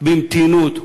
במתינות,